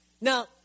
Now